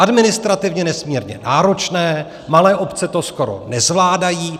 Administrativně nesmírně náročné, malé obce to skoro nezvládají.